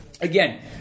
Again